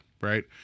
right